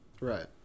right